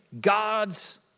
God's